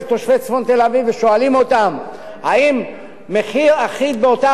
תושבי צפון תל-אביב ושואלים אותם: אם מחיר אחיד באותה